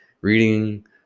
reading